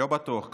לא בטוח כבר.